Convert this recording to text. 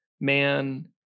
man